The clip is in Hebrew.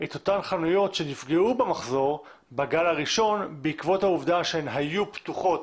את אותן חנויות שנפגעו במחזור בגל הראשון בעקבות העובדה שהן היו פתוחות,